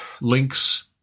links